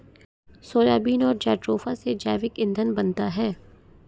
soybean और jatropha से जैविक ईंधन बनता है